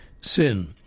sin